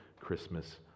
Christmas